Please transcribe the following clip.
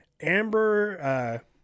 Amber